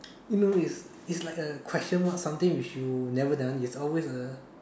you know is is like a question mark something which you've never done it's always a